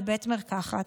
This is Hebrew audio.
לבית מרקחת.